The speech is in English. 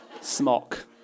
Smock